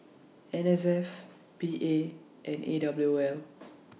N S F P A and A W O L